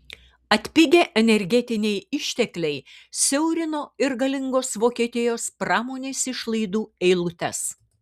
atpigę energetiniai ištekliai siaurino ir galingos vokietijos pramonės išlaidų eilutes